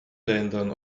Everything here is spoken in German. ländern